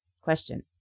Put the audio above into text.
Question